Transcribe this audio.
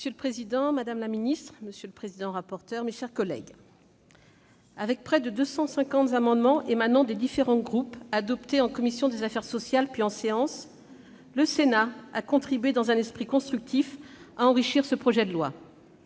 Monsieur le président, madame la ministre, mes chers collègues, avec près de 250 amendements émanant des différents groupes, adoptés en commission des affaires sociales puis en séance, le Sénat a contribué, dans un esprit constructif, à enrichir ce projet de loi.